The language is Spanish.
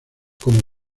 como